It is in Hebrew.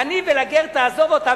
לעני ולגר תעזוב אותם,